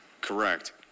Correct